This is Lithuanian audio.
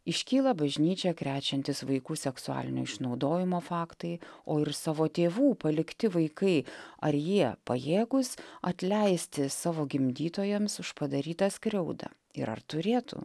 iškyla bažnyčią krečiantys vaikų seksualinio išnaudojimo faktai o ir savo tėvų palikti vaikai ar jie pajėgūs atleisti savo gimdytojams už padarytą skriaudą ir ar turėtų